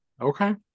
Okay